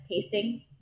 tasting